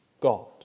God